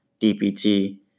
DPT